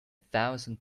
thousand